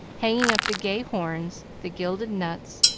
hanging up the gay horns, the gilded nuts,